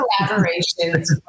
Collaborations